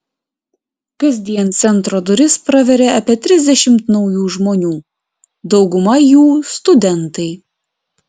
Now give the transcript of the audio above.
kasdien centro duris praveria apie trisdešimt naujų žmonių dauguma jų studentai